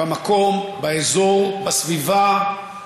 במקום, באזור, בסביבה.